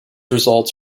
results